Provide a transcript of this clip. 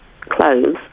clothes